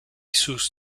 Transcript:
sus